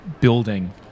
building